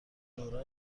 لورا